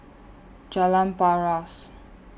Jalan Paras